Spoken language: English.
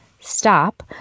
Stop